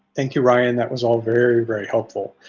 thank you ryan, that was all very, very helpful.